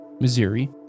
Missouri